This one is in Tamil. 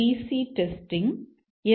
C testing M